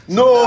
no